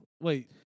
Wait